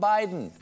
Biden